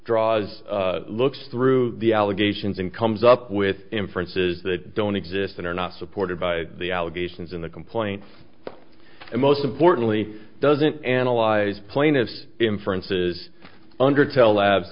draws looks through the allegations and comes up with inferences that don't exist and are not supported by the allegations in the complaint and most importantly doesn't analyze plaintiff's inferences under tellabs